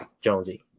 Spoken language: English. Jonesy